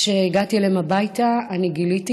כשהגעתי אליהם הביתה גיליתי